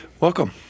Welcome